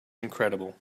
incredible